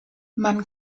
man